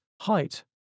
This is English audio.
height